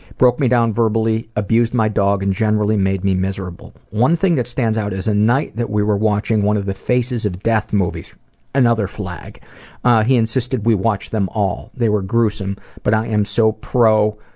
broke me down verbally, abused my dog and generally made me miserable. one thing that stands out is a night that we were watching one of the faces of death movies another flag he insisted we watch them all. they were gruesome, but i am so pro